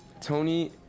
Tony